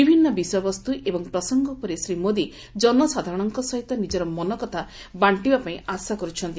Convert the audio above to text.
ବିଭିନ୍ନ ବିଷୟବସ୍କୁ ଏବଂ ପ୍ରସଙ୍ଙ ଉପରେ ଶ୍ରୀ ମୋଦି ଜନସାଧାରଣଙ୍ ସହିତ ନିକର ମନକଥା ବାଣ୍ଟିବାପାଇଁ ଆଶା କର୍ପଛନ୍ତି